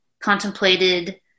contemplated